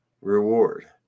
reward